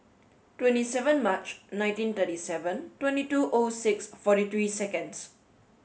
twenty seven March nineteen thirty seven twenty two O six forty three seconds